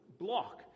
block